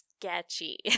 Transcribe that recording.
sketchy